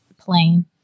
plain